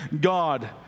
God